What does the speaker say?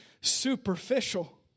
superficial